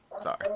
Sorry